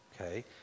okay